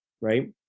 right